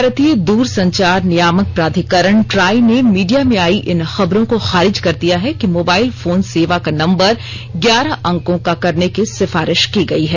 भारतीय दूर संचार नियामक प्राधिकरण ट्राई ने मीडिया में आई इन खबरों को खारिज कर दिया है कि मोबाइल फोन सेवा का नम्बर ग्यारह अंको का करने की सिफारिश की गई है